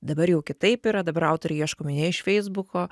dabar jau kitaip yra dabar autoriai ieškomi ne iš feisbuko